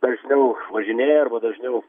dažniau važinėja arba dažniau